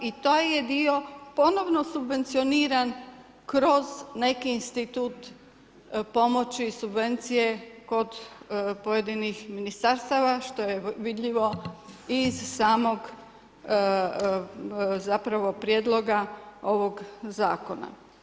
I taj je dio ponovno subvenicioniran kroz neki institut pomoći i subvencije kod pojedinih ministarstava što je vidljivo i iz samog zapravo prijedloga ovog zakona.